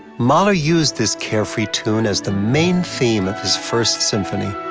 mahler used this carefree tune as the main theme of his first symphony.